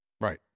right